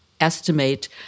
estimate